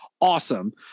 awesome